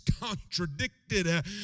contradicted